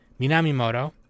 Minamimoto